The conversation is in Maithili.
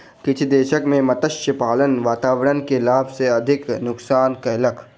किछ दशक में मत्स्य पालन वातावरण के लाभ सॅ अधिक नुक्सान कयलक